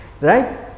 Right